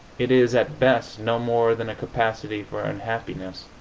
it is, at best, no more than a capacity for unhappiness.